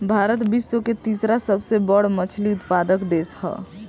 भारत विश्व के तीसरा सबसे बड़ मछली उत्पादक देश ह